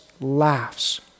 laughs